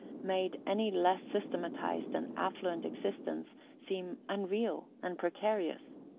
made any less systematised and affluent existence seem unreal and precarious.